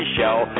Show